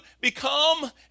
become